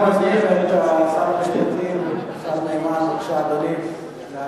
אני מזמין את שר המשפטים, השר הנאמן, לענות.